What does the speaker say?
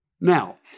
Now